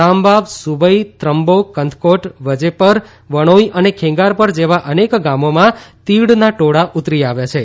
રારવાવ સુવઇ ત્રંબો કંથકોટ વજેવર વણોઇ અને ખેંગારપર જેવા અનેક ગોમામાં તીડના ટોળા ઉતરી આવ્યા છે